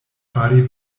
fari